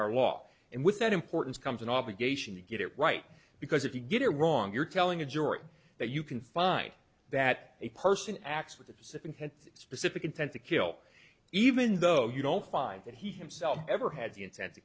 our law and with that importance comes an obligation to get it right because if you get it wrong you're telling a jury that you can find that a person acts with a specific specific intent to kill even though you don't find that he himself ever had the intent to